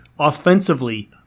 offensively